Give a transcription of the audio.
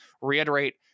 reiterate